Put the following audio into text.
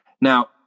Now